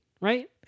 Right